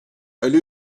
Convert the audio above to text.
elle